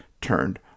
turned